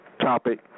Topic